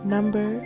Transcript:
Number